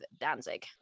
Danzig